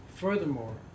Furthermore